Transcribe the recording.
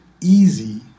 easy